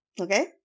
Okay